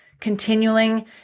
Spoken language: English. continuing